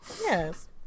Yes